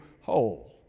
whole